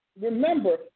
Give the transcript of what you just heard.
remember